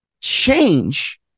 change